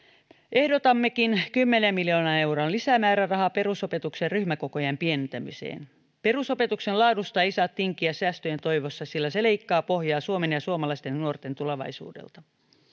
ehdotammekin kymmenen miljoonan euron lisämäärärahaa perusopetuksen ryhmäkokojen pienentämiseen perusopetuksen laadusta ei saa tinkiä säästöjen toivossa sillä se leikkaa pohjaa suomen ja suomalaisten nuorten tulevaisuudelta